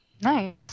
Nice